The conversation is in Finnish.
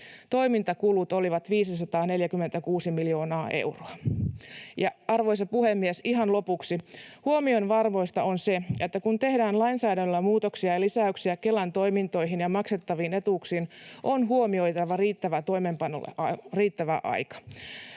Toimintakulut olivat 546 miljoonaa euroa. Ja, arvoisa puhemies, ihan lopuksi: Huomionarvoista on se, että kun tehdään lainsäädännöllä muutoksia ja lisäyksiä Kelan toimintoihin ja maksettaviin etuuksiin, on huomioitava toimeenpanolle riittävä aika.